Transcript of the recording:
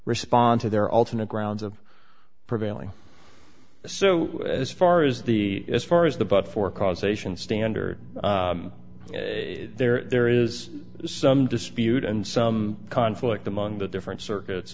respond to their alternate grounds of prevailing so as far as the as far as the but for causation standard there there is some dispute and some conflict among the different circuits